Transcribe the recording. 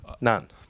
None